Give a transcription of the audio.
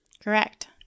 Correct